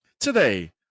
Today